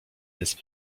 jest